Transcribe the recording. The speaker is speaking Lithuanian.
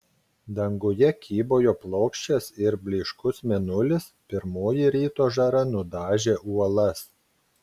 danguje kybojo plokščias ir blyškus mėnulis pirmoji ryto žara nudažė uolas